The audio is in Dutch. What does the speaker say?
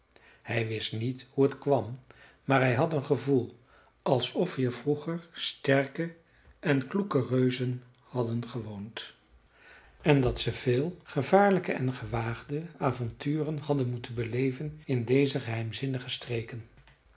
hij wist niet hoe het kwam maar hij had een gevoel alsof hier vroeger sterke en kloeke reuzen hadden gewoond en dat ze veel gevaarlijke en gewaagde avonturen hadden moeten beleven in deze geheimzinnige streken